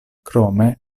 krome